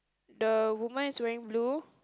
the woman is wearing blue